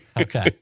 Okay